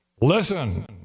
Listen